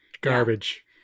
Garbage